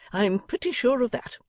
i'm pretty sure of that.